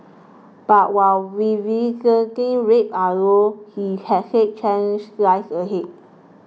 but while recidivism rates are low he had said challenges lies ahead